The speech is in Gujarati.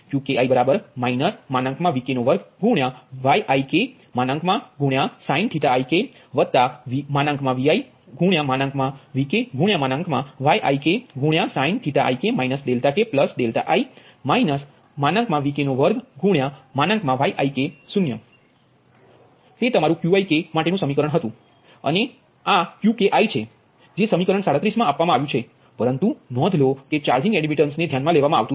Qki Vk2Yiksin ik ViVkYiksin ik ki Vk2Yik0 તે તમારુ Qikહતુ અને આ Qkiછે કે જે સમીકરણ મા આપવામાં આવ્યુ છે પરંતુ નોંધ લો કે ચાર્જિંગ એડમિટન્સ ને ધ્યાનમાં લેવામાં આવતું નથી